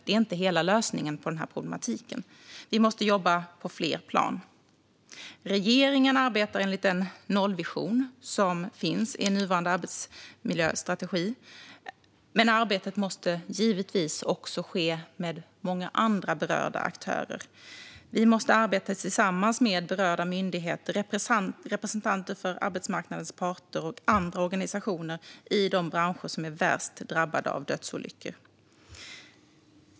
Det är inte hela lösningen på problemet, utan vi måste jobba på fler plan. Regeringen arbetar enligt den nollvision som finns i nuvarande arbetsmiljöstrategi, men arbetet måste givetvis också ske med många andra berörda aktörer. Vi måste arbeta tillsammans med berörda myndigheter, representanter för arbetsmarknadens parter och andra organisationer i de branscher som är värst drabbade av dödsolyckor.